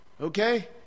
Okay